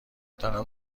دارم